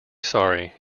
sorry